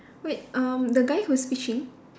wait um the guy who is fishing